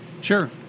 Sure